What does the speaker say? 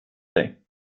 dig